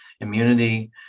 immunity